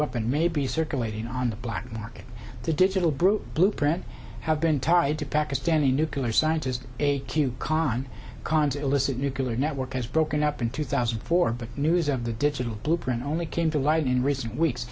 weapon may be circulating on the black market the digital brut blueprint have been tied to pakistani nuclear scientist a q khan khan's illicit nuclear network has broken up in two thousand and four but news of the digital blueprint only came to light in recent weeks